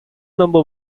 number